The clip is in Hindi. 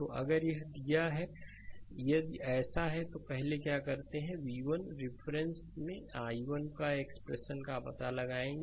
तो अगर यह है यदि ऐसा है तो पहले क्या करते हैं v1 के रिफरेंसमें i1का एक्सप्रेशन का पता लगाएं